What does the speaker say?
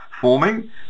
forming